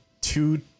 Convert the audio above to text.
two